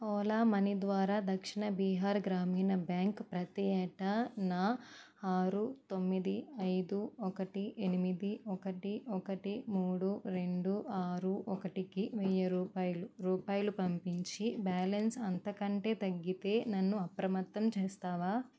Ola money ద్వారా Dakshin Bihar Gramin bank ప్రతి ఏటా నా ఆరు తొమ్మిది ఐదు ఒకటి ఎనిమిది ఒకటి ఒకటి మూడు రెండు ఆరు ఒకటికి వెయ్యి రూపాయలు రూపాయలు పంపించి బ్యాలన్స్ అంతకంటే తగ్గితే నన్ను అప్రమత్తం చేస్తావా